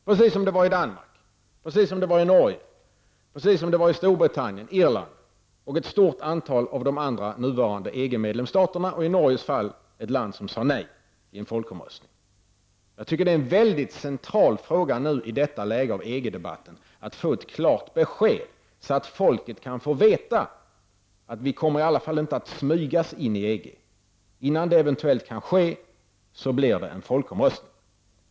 Precis så var det i Danmark, i Norge, i Storbritannien, i Irland och ett stort antal av de andra EG medlemsstaterna -- I Norges fall sade folket nej i en folkomröstning. Jag tycker att det är en mycket central fråga i detta läge av EG-debatten att få ett klart besked, så att folket kan få veta att vi i alla fall inte kommer att smygas in i EG. Blir det en folkomröstning, innan Sverige ansöker om medlemskap?